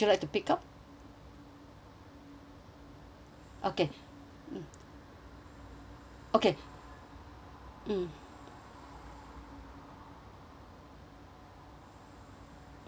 okay mm okay mm